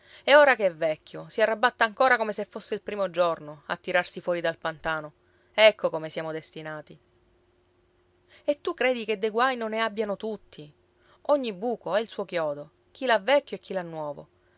ed ora che è vecchio si arrabatta ancora come se fosse il primo giorno a tirarsi fuori dal pantano ecco come siamo destinati e tu credi che dei guai non ne abbiano tutti ogni buco ha il suo chiodo chi l'ha vecchio e chi l'ha nuovo